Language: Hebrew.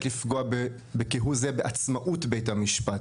לפגוע כהוא זה בעצמאות בית המשפט,